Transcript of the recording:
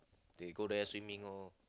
they go there swimming lor